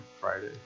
Friday